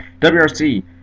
WRC